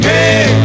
Hey